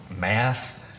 math